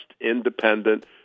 Independent